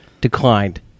declined